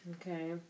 Okay